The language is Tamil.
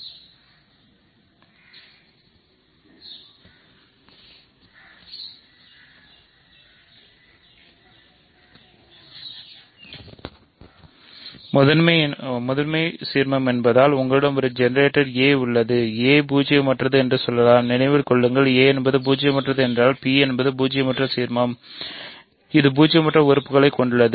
P முதன்மை என்பதால் எங்களிடம் ஒரு ஜெனரேட்டர் a உள்ளதுa பூஜ்ஜியமற்றது என்று சொல்லலாம் நினைவில் கொள்ளுங்கள் a என்பது பூஜ்ஜியமற்றது என்றால் P என்பது பூஜ்ஜிய சீர்மமல்ல இது பூஜ்ஜியமற்ற உறுப்புகளைக் கொண்டுள்ளது